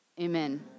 Amen